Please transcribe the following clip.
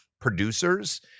producers